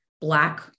black